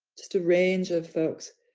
just a range of folks,